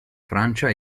francia